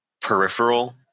peripheral